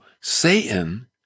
Satan